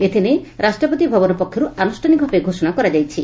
ଏଥିନେଇ ରାଷ୍ଟ୍ରପତି ଭବନ ପକ୍ଷରୁ ଆନୁଷ୍ଠାନିକ ଭାବେ ଘୋଷଣା କରାଯାଇଛି